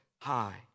High